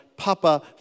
Papa